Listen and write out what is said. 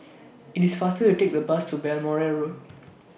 IT IS faster to Take The Bus to Balmoral Road